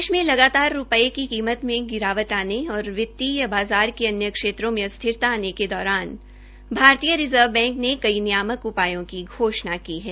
देश में लगातार रूपये की कीमती में गिरावट आने और वितीय बाज़ार के अन्य क्षेत्रों में अस्थिरता आने के दौरान भारतीय रिज़र्व बैंक ने कई नियामक उपायों की घोषणा की है